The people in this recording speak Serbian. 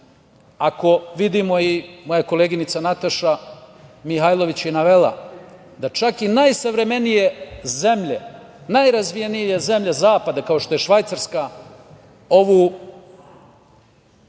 ako vidimo, moja koleginica Nataša Mihajlović je i navela, da čak i najsavremenije zemlje, najrazvijenije zemlje zapada kao što je Švajcarska,